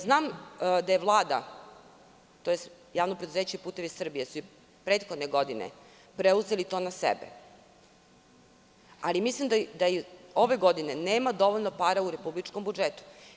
Znam da je Vlada, tj. Javno preduzeće „Putevi Srbije“ je prethodne godine preuzelo to na sebe, ali mislim da ove godine nema dovoljno para u republičkom budžetu.